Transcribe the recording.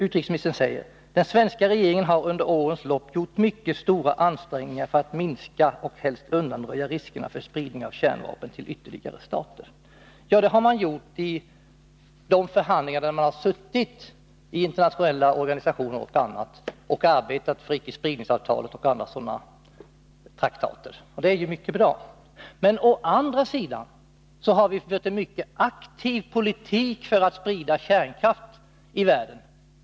Utrikesministern säger: ”Den svenska regeringen har under årens lopp gjort mycket stora ansträngningar för att minska, och helst undanröja, riskerna för spridning av kärnvapen till ytterligare stater.” Ja, det har man gjort vid förhandlingar som har förts i internationella organisationer, där man har arbetat för icke-spridningsavtalet och andra sådana traktater. Det är mycket bra. Å andra sidan har vi fört en aktiv politik för att sprida kärnkraften i världen.